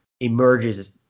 emerges